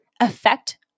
affect